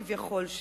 כביכול,